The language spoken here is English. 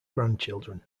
grandchildren